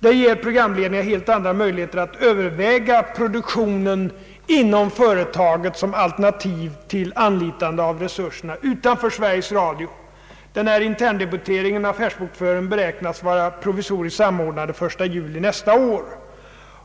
Det ger programledningen helt andra möjligheter än nu att överväga produktion inom företaget som alternativ till anlitande av resurser utanför Sveriges Radio. Denna interndebitering och affärsbokföring beräknas vara provisoriskt samordnade den 1 juli nästa år.